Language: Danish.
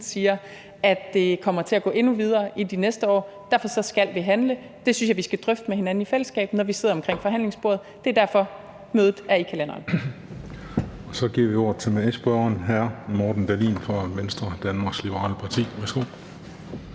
siger, at det kommer til at gå endnu videre i de næste år. Derfor skal vi handle. Det synes jeg vi skal drøfte med hinanden i fællesskab, når vi sidder omkring forhandlingsbordet. Det er derfor, mødet er i kalenderen.